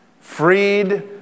freed